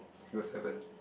I got seven